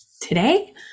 today